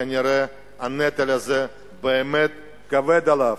כנראה הנטל הזה באמת כבד עליו.